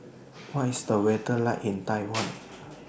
What IS The weather like in Taiwan